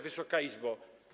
Wysoka Izbo!